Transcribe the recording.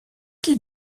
qui